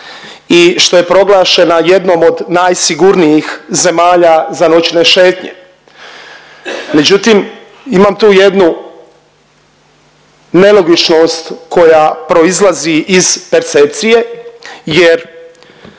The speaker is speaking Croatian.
i što je proglašena jednom od najsigurnijih zemalja za noćne šetnje. Međutim imam tu jednu nelogičnost koja proizlazi iz percepcije jer